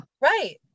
Right